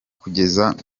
kugeza